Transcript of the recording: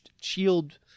shield